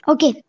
Okay